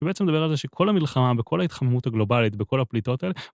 הוא בעצם מדבר על זה שכל המלחמה וכל ההתחממות הגלובלית וכל הפליטות האלה...